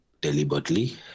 deliberately